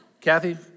Kathy